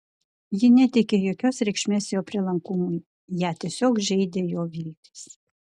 ji neteikė jokios reikšmės jo prielankumui ją tiesiog žeidė jo viltys